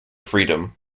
freedom